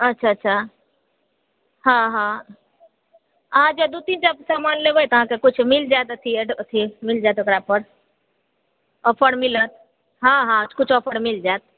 अच्छा अच्छा हँ हँ अच्छा दू तीनटा समान लेबै तऽ अहाँके किछु मिल जायत अथि मिल जायत ओकरा पर ऑफर मिलत हँ हँ किछु ऑफर मिल जायत